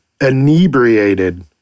inebriated